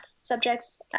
subjects